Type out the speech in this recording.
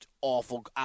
awful